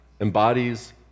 embodies